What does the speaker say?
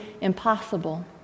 impossible